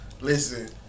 Listen